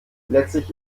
letztlich